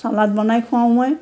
salad বনাই খোৱাওঁ মই